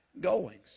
goings